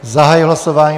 Zahajuji hlasování.